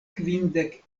kvindek